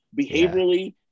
behaviorally